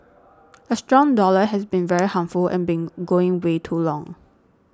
a strong dollar has been very harmful and been going way too long